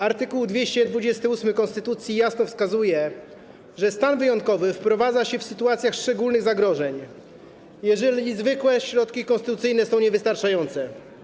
Art. 228 konstytucji jasno wskazuje, że stan wyjątkowy wprowadza się w sytuacjach szczególnych zagrożeń, jeżeli zwykłe środki konstytucyjne są niewystarczające.